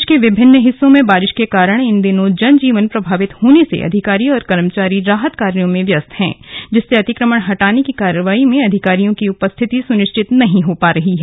प्रदेश के विभिन्न हिस्सों में बारिश के कारण इन दिनों जन जीवन प्रभावित होने से अधिकारी और कर्मचारी राहत कार्यों में व्यस्त हैं जिससे अतिक्रमण हटाने की कार्यवाही में अधिकारियों की उपस्थिति सुनिश्चित नहीं हो पा रही है